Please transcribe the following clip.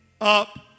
up